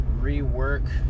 rework